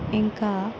ఇంకా